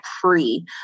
free